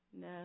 No